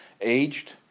aged